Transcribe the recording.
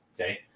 Okay